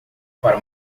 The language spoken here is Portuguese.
para